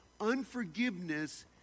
Unforgiveness